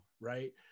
right